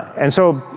and so,